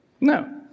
No